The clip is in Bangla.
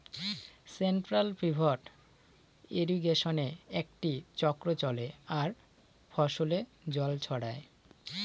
সেন্ট্রাল পিভট ইর্রিগেশনে একটি চক্র চলে আর ফসলে জল ছড়ায়